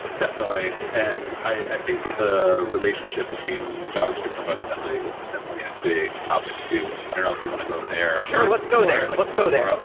definitely. and i i think that the relationship between javascript and webassembly is definitely ah big topic to i don't know if you want to go there. sure. let's go there. let's go there.